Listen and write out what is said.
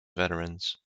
veterans